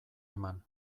eman